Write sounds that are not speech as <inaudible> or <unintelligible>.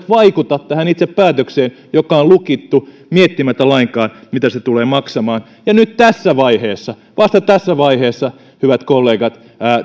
<unintelligible> vaikuta tähän itse päätökseen joka on lukittu miettimättä lainkaan mitä se tulee maksamaan ja nyt tässä vaiheessa vasta tässä vaiheessa hyvät kollegat